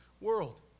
world